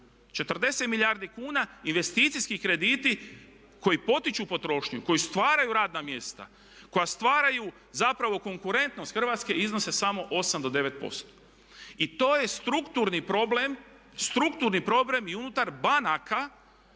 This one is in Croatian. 40 milijardi kuna. Investicijski krediti koji potiču potrošnju, koji stvaraju radna mjesta koja stvaraju zapravo konkurentnost Hrvatske iznose samo 8 do 9%. I to je strukturni problem i unutar banaka